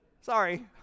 Sorry